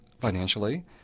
financially